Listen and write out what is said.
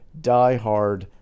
diehard